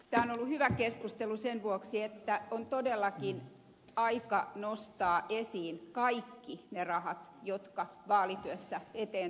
tämä on ollut hyvä keskustelu sen vuoksi että on todellakin aika nostaa esiin kaikki ne rahat jotka vaalityössä eteen tulevat